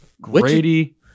Grady